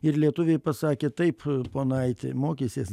ir lietuviai pasakė taip ponaiti mokysies